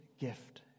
gift